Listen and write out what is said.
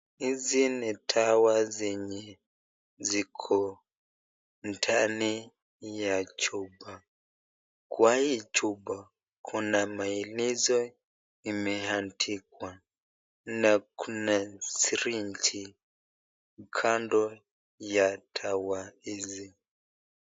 Hizi ni dawa zenye ziko ndani ya chupa. Kwa hii chupa kuna maelezo imeandikwa na kuna sirenji kando ya dawa hizi.